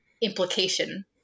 implication